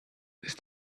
ist